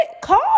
Call